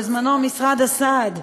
בזמנו משרד הסעד.